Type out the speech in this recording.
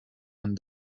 and